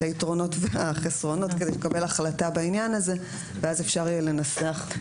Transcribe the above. את היתרונות והחסרונות כדי שנקבל החלטה בעניין הזה ואז אפשר יהיה לנסח.